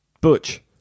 Butch